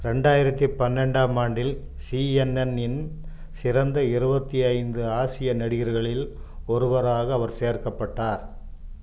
ரெண்டாயிரத்தி பன்னெண்டாம் ஆண்டில் சிஎன்என் இன் சிறந்த இருபத்தி ஐந்து ஆசிய நடிகர்களில் ஒருவராக அவர் சேர்க்கப்பட்டார்